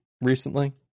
recently